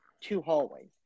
two-hallways